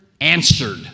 answered